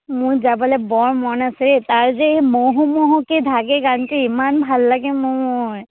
মোৰ যাবলৈ বৰ মন আছে তাৰ যে ম'হো ম'হো কে ধাগে গানটো ইমান ভাল লাগে মোৰ